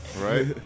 Right